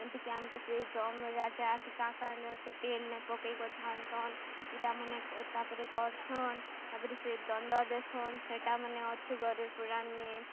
ଏନ୍ତିକି ଆମକେ ସେ ଯମ୍ ରାଜା ଆସିକି କାଣା କାଣା ସେ ତେଲ୍ ନେ ପକେଇକରି ଛାଣସନ୍ ଇଟା ମାନେ ତାର୍ ପରେ କରସନ୍ ତାପରେ ସେ ଦଣ୍ଡ ଦେସନ୍ ସେଇଟାମାନେ ଅଛେ ଗରୁଡ଼୍ ପୁରାନ୍ ନେଁ